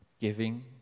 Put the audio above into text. giving